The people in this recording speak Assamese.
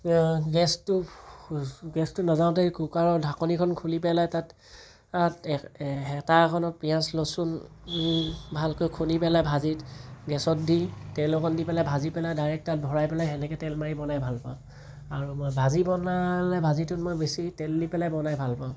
গেছটো গেছটো নাযাওঁতেই কুকাৰৰ ঢাকনিখন খুলি পেলাই তাত হেতা এখনত পিয়াঁজ লচুন ভালকৈ খুন্দি পেলাই ভাজি গেছত দি তেল অকণ দি পেলাই ভাজি পেলাই ডাইৰেক্ট তাত ভৰাই পেলাই সেনেকৈ তেল মাৰি বনাই ভাল পাওঁ আৰু মই ভাজি বনালে ভাজিটোতত মই বেছি তেল দি পেলাই বনাই ভাল পাওঁ